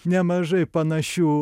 nemažai panašių